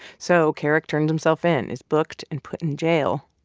so kerrick turns himself in, is booked and put in jail.